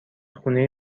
خونه